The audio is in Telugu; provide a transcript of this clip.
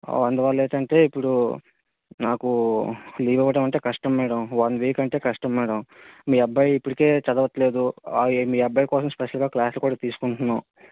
అందువల్ల ఏంటంటే ఇప్పుడు నాకు లీవ్ ఇవ్వడం అంటే చాలా కష్టం మేడం వన్ వీక్ అంటే కష్టం మేడం మీ అబ్బాయి ఇప్పుడికే చదవటం లేదు మీ అబ్బాయి కోసం స్పెషల్గా క్లాస్లు కూడా తీసుకుంటున్నాం